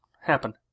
happen